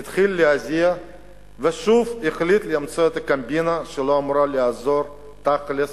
התחיל להזיע ושוב החליט למצוא את הקומבינה שלא אמורה לעזור תכל'ס